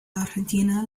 argentina